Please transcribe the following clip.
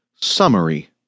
Summary